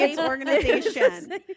organization